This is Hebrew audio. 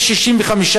בכבישים אדומים,